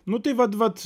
nu tai vat vat